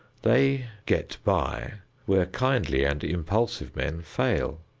they get by where kindly and impulsive men fail.